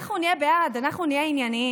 אנחנו נהיה בעד, אנחנו נהיה ענייניים,